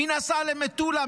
מי נסע למטולה,